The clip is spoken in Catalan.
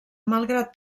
malgrat